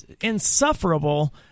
insufferable